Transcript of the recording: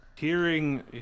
Hearing